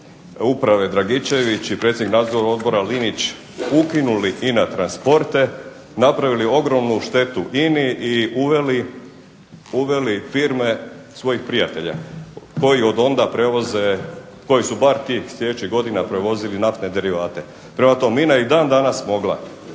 uprave Dragičević i predsjednik nadzornog odbora Linić ukinuli INA Transporte, napravili ogromnu štetu INA-i i uveli firme svojih prijatelja koji su bar tih sljedećih godina prevozili naftne derivate. Prema tome, INA je i dan danas mogla